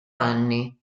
anni